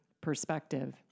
perspective